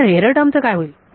पण या error term चे काय होईल